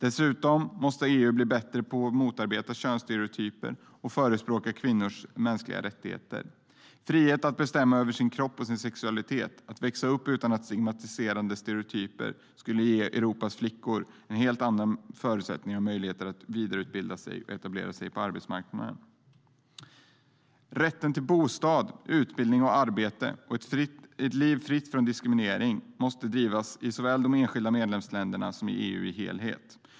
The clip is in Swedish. Dessutom måste EU bli bättre på att motarbeta könsstereotyper och förespråka kvinnors mänskliga rättigheter. Frihet att bestämma över sin kropp och sexualitet och att växa upp utan stigmatiserande stereotyper skulle ge Europas flickor helt andra förutsättningar och möjligheter att vidareutbilda sig och etablera sig på arbetsmarknaden. Rätten till bostad, utbildning, arbete och ett liv fritt från diskriminering måste drivas i såväl enskilda medlemsländer som i EU i sin helhet.